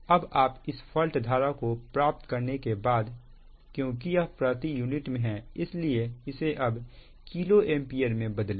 अब आप इस फॉल्ट धारा को प्राप्त करने के बाद क्योंकि यह प्रति यूनिट में है इसलिए इसे अब किलो एंपियर में बदलें